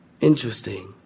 Interesting